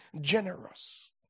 generous